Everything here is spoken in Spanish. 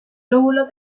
lóbulo